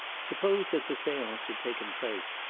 suppose that the seance had taken place,